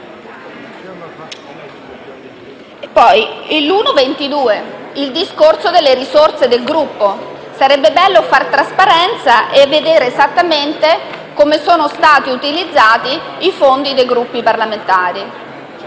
contiene il discorso relativo alle risorse del Gruppo. Sarebbe bello far trasparenza e vedere esattamente come sono stati utilizzati i fondi dei Gruppi parlamentari.